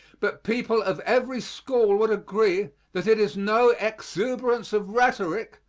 but people of every school would agree that it is no exuberance of rhetoric,